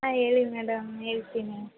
ಆಂ ಹೇಳಿ ಮೇಡಮ್ ಹೇಳ್ತೀನಿ